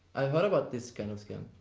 i've heard about this kind of scam.